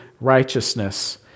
righteousness